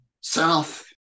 south